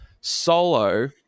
solo